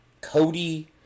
Cody